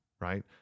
right